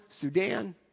Sudan